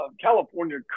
California